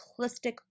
simplistic